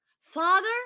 father